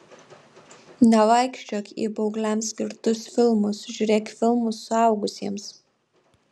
nevaikščiok į paaugliams skirtus filmus žiūrėk filmus suaugusiems